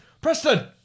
Preston